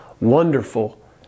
Wonderful